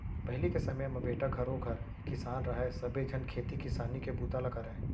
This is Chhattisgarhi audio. पहिली के समे म बेटा घरों घर किसान रहय सबे झन खेती किसानी के बूता ल करयँ